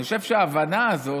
אני חושב שההבנה הזו